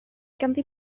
ganddi